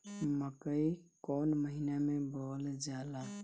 मकई कौन महीना मे बोअल जाला?